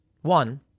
One